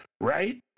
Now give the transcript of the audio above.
right